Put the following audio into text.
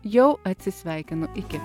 jau atsisveikinu iki